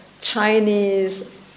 Chinese